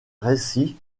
récit